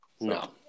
No